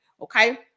Okay